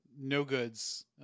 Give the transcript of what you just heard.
no-goods